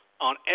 On